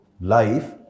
life